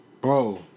Bro